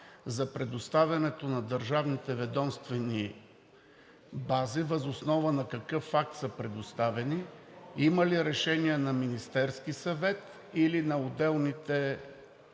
ведомствени бази: въз основа на какъв акт са предоставени? Има ли решение на Министерския съвет, или на отделните